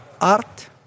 art